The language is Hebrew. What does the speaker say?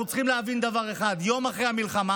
אנחנו צריכים להבין דבר אחד: יום אחרי המלחמה,